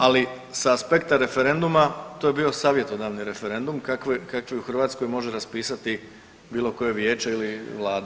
Ali sa aspekta referenduma to je bio savjetodavni referendum kakav u Hrvatskoj može raspisati bilo koje vijeće ili vlada.